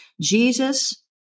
Jesus